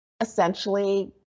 essentially